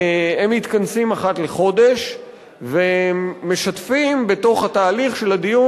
הם מתכנסים אחת לחודש ומשתפים בתוך התהליך של הדיור